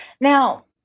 now